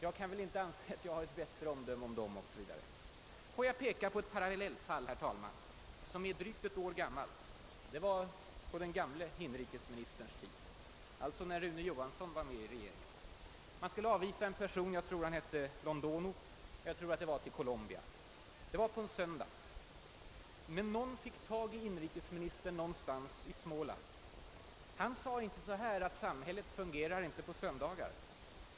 Jag kan väl inte anse att jag har ett bättre omdöme än de, 0. S. Vv. Får jag peka på ett parallellfall som är drygt ett år gammalt. Det inträffade alltså på gamle inrikesministerns tid när Rune Johansson var med i regeringen. Man skulle avvisa en person, jag tror han hette Londono och att det var till Colombia. Detta hände på en söndag, men någon fick tag i inrikesministern någonstans i Småland. Han sade inte: Samhället fungerar inte på söndagarna.